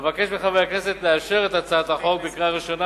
אבקש מחברי הכנסת לאשר את הצעת החוק בקריאה ראשונה